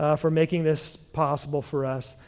ah for making this possible for us.